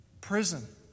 prison